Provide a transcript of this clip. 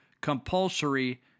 Compulsory